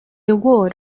award